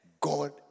God